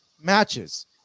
matches